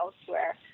elsewhere